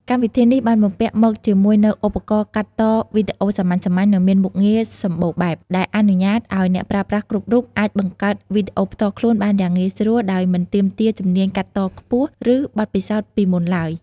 កម្មវិធីនេះបានបំពាក់មកជាមួយនូវឧបករណ៍កាត់តវីដេអូសាមញ្ញៗ និងមានមុខងារសម្បូរបែប ដែលអនុញ្ញាតឱ្យអ្នកប្រើប្រាស់គ្រប់រូបអាចបង្កើតវីដេអូផ្ទាល់ខ្លួនបានយ៉ាងងាយស្រួល ដោយមិនទាមទារជំនាញកាត់តខ្ពស់ ឬបទពិសោធន៍ពីមុនឡើយ។